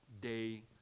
day